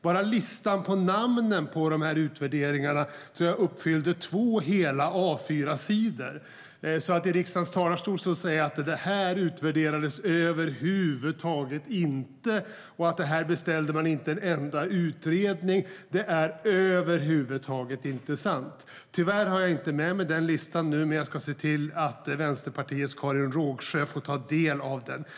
Bara listan med namnen på utvärderingarna fyllde två hela A4-sidor. Att i riksdagens talarstol då säga att reformen över huvud taget inte utvärderades och att det inte beställdes en enda utredning är verkligen inte sant. Tyvärr har jag inte listan med mig, men jag ska se till att Vänsterpartiets Karin Rågsjö får ta del av den.